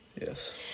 Yes